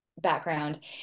background